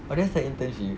but that's the internship